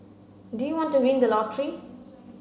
do you want to win the lottery